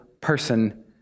person